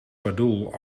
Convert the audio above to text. pardoel